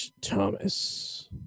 Thomas